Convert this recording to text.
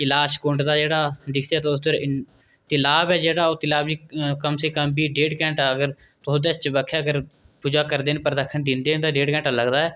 कैलाश कुंड दा जेह्ड़ा दिखचै तुस ते इन्ना तलाऽ ऐ जेह्ड़ा ओह् तलाब इन्ना कम से कम बी डेढ़ घैंटा अगर तुस ओह्दे चबक्खे अगर पूजा करदे न परदक्खन दिंदे न डेढ़ घैंटा लग्गदा ऐ